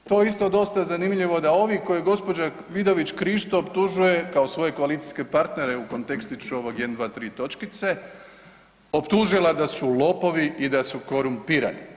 To je isto dosta zanimljivo da ovi koje gospođa Vidović Krišto optužuje kao svoje koalicijske partnere u kontekstu ovoga 1, 2, 3 točkice optužila da su lopovi i da su korumpirani.